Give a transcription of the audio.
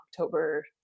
October